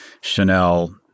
Chanel